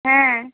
হ্যাঁ